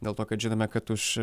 dėl to kad žinome kad už